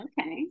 Okay